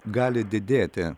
gali didėti